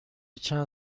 چند